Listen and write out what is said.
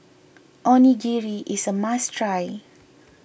Onigiri is a must try